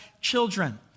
children